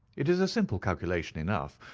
it is a simple calculation enough,